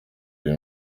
uyu